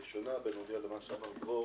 הראשונה בנוגע מה שאמר דרור